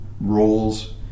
roles